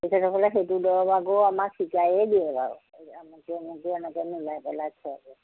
তেখেতসকলে সেইটো দৰৱ আকৌ আমাক শিকায়েই দিয়ে বাৰু এই আমুকটো আমুকটো এনেকৈ মিলাই পেলাই খোৱাব